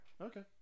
Okay